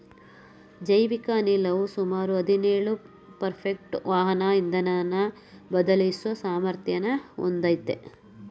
ಜೈವಿಕ ಅನಿಲವು ಸುಮಾರು ಹದಿನೇಳು ಪರ್ಸೆಂಟು ವಾಹನ ಇಂಧನನ ಬದಲಿಸೋ ಸಾಮರ್ಥ್ಯನ ಹೊಂದಯ್ತೆ